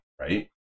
right